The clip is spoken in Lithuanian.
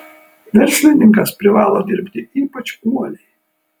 verslininkas privalo dirbti ypač uoliai